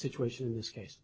situation in this case